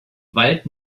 wald